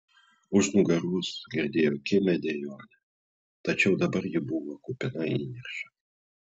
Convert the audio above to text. už nugaros girdėjo kimią dejonę tačiau dabar ji buvo kupina įniršio